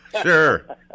sure